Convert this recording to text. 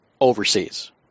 overseas